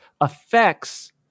affects